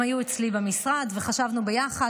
הם היו אצלי במשרד וחשבנו ביחד.